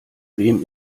wem